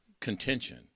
contention